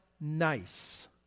nice